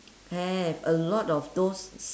have a lot of those